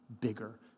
bigger